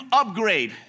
upgrade